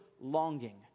longing